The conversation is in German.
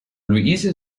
louise